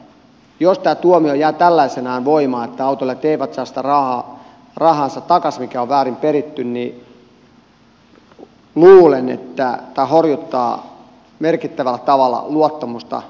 jos tämä tuomio jää tällaisenaan voimaan että autoilijat eivät saa sitä rahaansa takaisin mikä on väärin peritty niin luulen että tämä horjuttaa merkittävällä tavalla luottamusta eduskuntaan